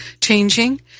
changing